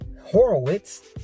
Horowitz